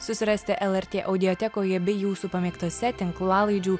susirasti lrt audiotekoje bei jūsų pamėgtose tinklalaidžių